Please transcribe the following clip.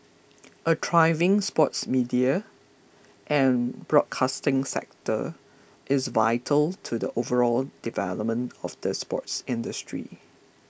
a thriving sports media and broadcasting sector is vital to the overall development of the sports industry